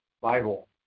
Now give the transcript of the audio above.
Bible